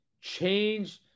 change